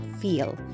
feel